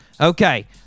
Okay